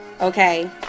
okay